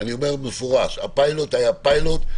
אני אומר במפורש שהפיילוט היה פיילוט,